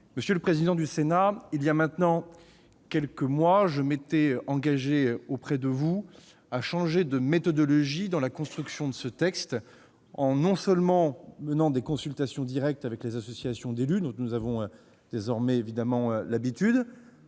Monsieur le président du Sénat, il y a maintenant quelques mois, je m'étais engagé auprès de vous à changer de méthodologie dans la construction du présent texte. Ainsi, nous avons mené des consultations directes avec les associations d'élus- nous en avons désormais l'habitude